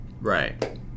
right